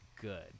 good